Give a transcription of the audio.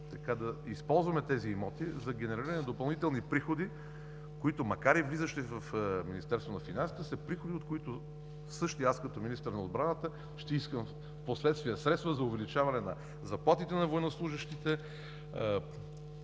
да използваме тези имоти за генериране на допълнителни приходи, които, макар и влизащи в Министерството на финансите, са приходи, които и аз като министър на отбраната, ще искам впоследствие средства за увеличаване на заплатите на военнослужещите,